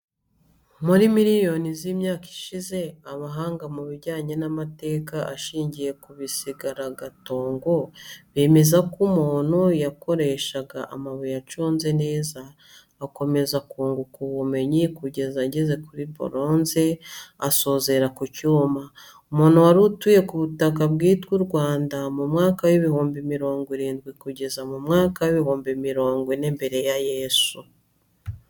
Muri miliyoni z’imyaka ishize, abahanga mu bijyanye n’amateka ashingiye ku bisigaragatongo bemeza ko umuntu yakoreshaga amabuye aconze neza, akomeza kunguka ubumenyi kugeza ageze kuri buronze, asoreza ku cyuma. Umuntu wari utuye ku butaka bwitwa u Rwanda mu mwaka w’ibihumbi mirongo irindwi kugeza mu mwaka w’ibihumbi mirongo ine mbere ya Yezu